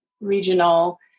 regional